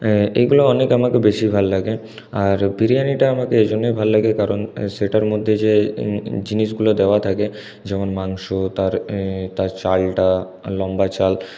এইগুলো আমাকে অনেক বেশি ভালো লাগে আর বিরিয়ানিটা আমাকে এই জন্যেই ভালো লাগে কারণ সেটার মধ্যে যে জিনিসগুলো দেওয়া থাকে যেমন মাংস তার চালটা লম্বা চাল